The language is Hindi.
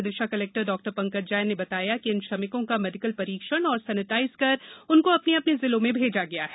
विदिशा कलेक् र डॉ पंकज जैन ने बताया है कि इन श्रमिकों का मेडिकल परीक्षण और सैनि ाइज कर उनको अपने अपने जिलों में भेजा गया है